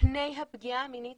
מפני הפגיעה המינית